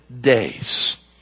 days